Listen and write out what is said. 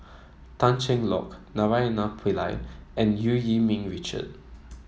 Tan Cheng Lock Naraina Pillai and Eu Yee Ming Richard